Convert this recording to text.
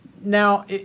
Now